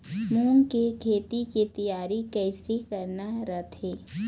मूंग के खेती के तियारी कइसे करना रथे?